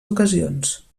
ocasions